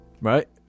Right